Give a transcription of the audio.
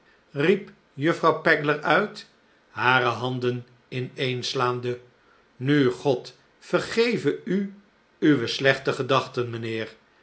riep juffrouw pegler uit hare handen ineenslaande nu god vergeve u uwe slechte gedachten